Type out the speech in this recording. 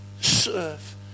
serve